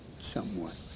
somewhat